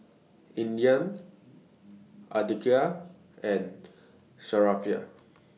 Indah Andika and Sharifah